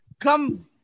come